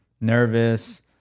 nervous